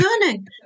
learning